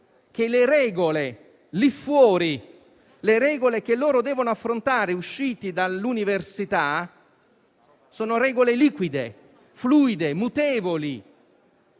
che le regole lì fuori, quelle che loro devono affrontare usciti dall'università, sono liquide, fluide e mutevoli